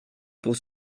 pour